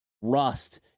rust